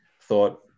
thought